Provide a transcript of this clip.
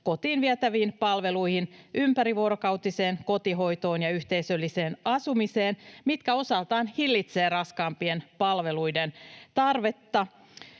kotiin vietäviin palveluihin, ympärivuorokautiseen kotihoitoon ja yhteisölliseen asumiseen, mitkä osaltaan hillitsevät raskaampien palveluiden tarvetta.